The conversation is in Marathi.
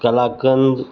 कलाकं द